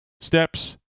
steps